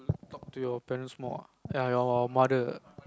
talk to your parents more ah ya your mother